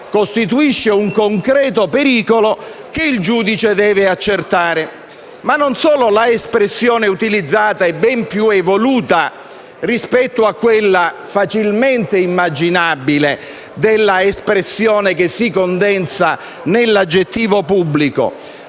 costituisce un concreto pericolo che il giudice deve accertare. L'espressione utilizzata, ben più evoluta rispetto a quella facilmente immaginabile dell'espressione che si condensa nell'aggettivo «pubblico»,